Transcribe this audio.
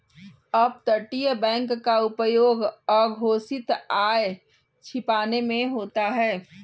अपतटीय बैंक का उपयोग अघोषित आय छिपाने में होता है